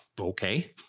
okay